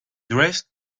dressed